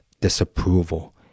disapproval